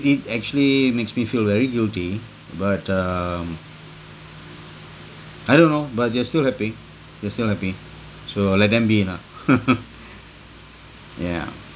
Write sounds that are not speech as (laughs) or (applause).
it actually makes me feel very guilty but um I don't know but they're still happy they're still happy so let them be lah (laughs) yeah